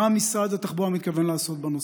מה משרד התחבורה מתכוון לעשות בנושא?